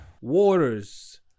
Waters